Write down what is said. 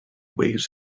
waves